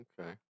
Okay